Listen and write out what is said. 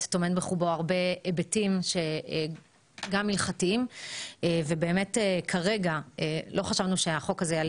טומן בחובו הרבה היבטים גם הלכתיים ובאמת כרגע לא חשבנו שהחוק הזה יעלה